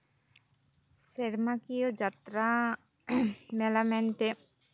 ᱥᱮᱨᱢᱟᱠᱤᱭᱟᱹ ᱡᱟᱛᱨᱟ ᱢᱮᱞᱟ ᱢᱮᱱᱛᱮᱫ